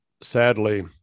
sadly